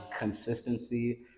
Consistency